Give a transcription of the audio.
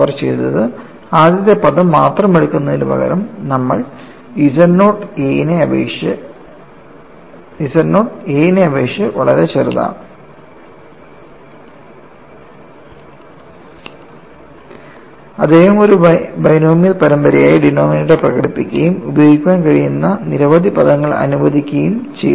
അവർ ചെയ്തത് ആദ്യത്തെ പദം മാത്രം എടുക്കുന്നതിനുപകരം നമ്മൾ z നോട്ട് a നെ അപേക്ഷിച്ച് വളരെ ചെറുതാണ് അദ്ദേഹം ഒരു ബൈനോമിയൽ പരമ്പരയായി ഡിനോമിനേറ്റർ പ്രകടിപ്പിക്കുകയും ഉപയോഗിക്കാൻ കഴിയുന്ന നിരവധി പദങ്ങൾ അനുവദിക്കുകയും ചെയ്തു